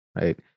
right